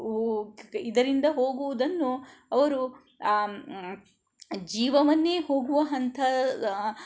ಇದರಿಂದ ಹೋಗುವುದನ್ನು ಅವರು ಜೀವವನ್ನೇ ಹೋಗುವ ಹಂತ